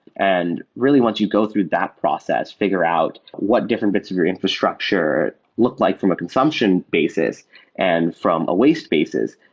and really, once you go through that process, figure out what different bits of your infrastructure look like from a consumption basis and from a waste basis.